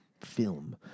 Film